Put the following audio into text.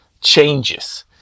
changes